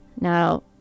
now